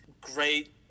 great